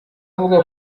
avuga